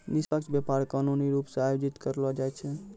निष्पक्ष व्यापार कानूनी रूप से आयोजित करलो जाय छै